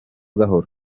gahoro